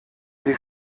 sie